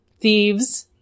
thieves